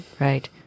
right